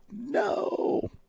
no